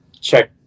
check